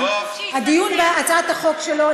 הדיון בהצעת החוק שלו,